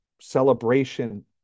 celebration